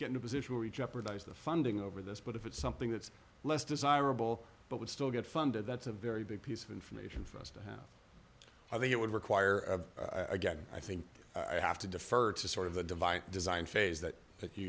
get in a position where you jeopardize the funding over this but if it's something that's less desirable but would still get funded that's a very big piece of information for us to have i think it would require again i think i have to defer to sort of the divine design phase that